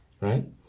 right